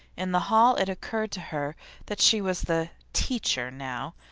in the hall it occurred to her that she was the teacher now,